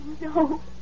no